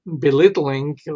belittling